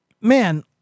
Man